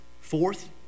Fourth